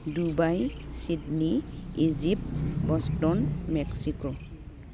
Dubai Sydney Egypt Boston Mexico